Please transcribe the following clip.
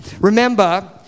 Remember